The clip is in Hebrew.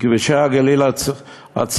בכבישי הגליל הצרים,